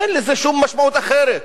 אין לזה שום משמעות אחרת.